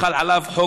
יחד עם חבריי,